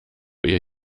ihr